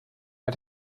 bei